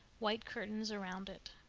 white curtains around it.